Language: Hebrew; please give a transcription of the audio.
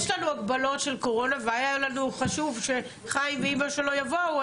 יש לנו הגבלות של קורונה והיה לנו חשוב שחיים ואמא שלו יבואו,